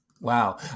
Wow